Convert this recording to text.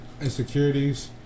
insecurities